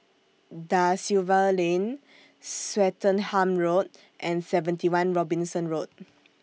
DA Silva Lane Swettenham Road and seventy one Robinson Road